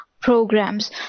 programs